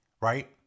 right